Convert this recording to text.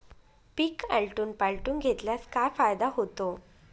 पीक आलटून पालटून घेतल्यास काय फायदा होतो?